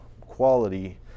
quality